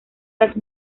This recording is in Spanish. las